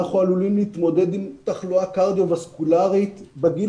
אנחנו עלולים להתמודד עם תחלואה קרדיווסקולארית בגיל